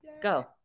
Go